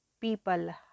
people